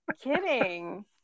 Kidding